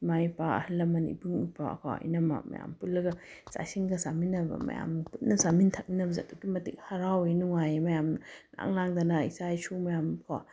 ꯏꯃꯥ ꯏꯄꯥ ꯑꯍꯜ ꯂꯃꯟ ꯏꯕꯨꯡ ꯏꯄ꯭ꯋꯥꯀꯣ ꯏꯅꯝꯃ ꯃꯌꯥꯝ ꯄꯨꯜꯂꯒ ꯆꯥꯛ ꯏꯁꯤꯡꯒ ꯆꯥꯃꯤꯟꯅꯕ ꯃꯌꯥꯝ ꯄꯨꯟꯅ ꯆꯥꯃꯤꯟ ꯊꯛꯃꯤꯟꯅꯕꯁꯦ ꯑꯗꯨꯛꯀꯤ ꯃꯇꯤꯛ ꯍꯔꯥꯎꯋꯦ ꯅꯨꯡꯉꯥꯏꯌꯦ ꯃꯌꯥꯝ ꯏꯔꯥꯡ ꯂꯥꯡꯗꯅ ꯏꯆꯥ ꯏꯁꯨ ꯃꯌꯥꯝ ꯀꯣ